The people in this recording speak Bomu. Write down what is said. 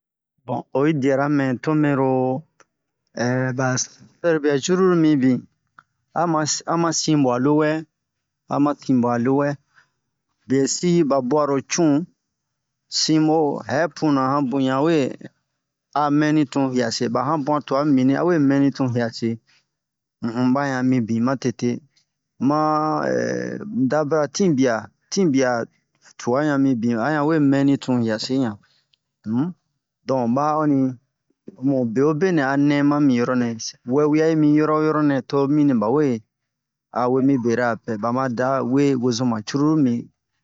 bɔ oyi diharamɛ to mɛ ro ɛɛ to ba sɛrobia cururu mibin ama ama sinbua lowɛ ama sinbua lowɛ besi ba ɓwa ro cun simo ɛpuna hanbu ɲan we amɛni tun hiase ba hanbu'an tua mibini awe mɛni tun hiase unhun ba ɲan mi bin matete ma n'dabara tinbia tinbia tuan minbin awe mɛli tun hiase ɲan un dɔ ba ɔnni be'obe nɛ a nɛma mi yoronɛ wɛwia mi yɔro oo yɔro to bini bawe aye mi berara pɛ bamada we wozoma cururubin